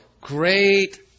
Great